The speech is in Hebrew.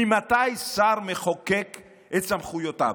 ממתי שר מחוקק את סמכויותיו?